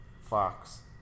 Fox